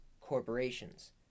corporations